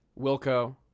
Wilco